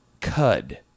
Cud